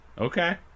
Okay